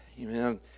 Amen